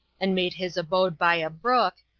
and made his abode by a brook,